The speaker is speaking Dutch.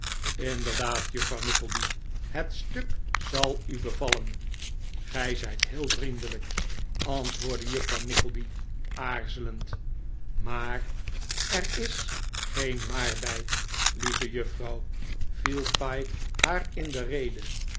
inderdaad juffrouw nickleby het stuk zal u bevallen gij zijt heel vriendelijk antwoordde juffrouw nickleby aarzelend maar er is geen maar bij lieve juffrouw viel pyke haar in de rede